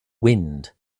wind